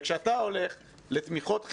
כי ההתבטאות האומללה הזאת,